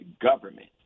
government